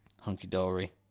hunky-dory